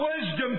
wisdom